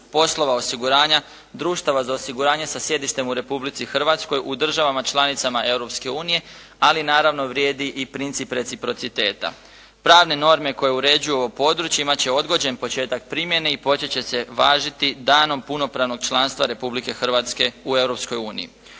poslova osiguranja, društava za osiguranja sa sjedištem u Republici Hrvatskoj, u državama članicama Europske unije, ali naravno vrijedi i princip reciprociteta. Pravne norme koje uređuju ovo područje imati će odgođen početak primjene i početi će važiti danom punopravnog članstva Republike Hrvatske u